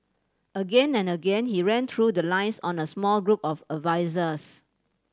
again and again he ran through the lines on a small group of advisers